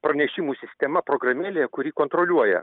pranešimų sistema programėlėje kuri kontroliuoja